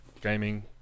gaming